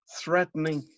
threatening